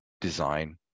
design